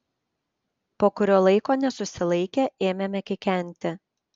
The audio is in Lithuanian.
po kurio laiko nesusilaikę ėmėme kikenti